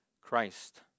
Christ